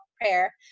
prayer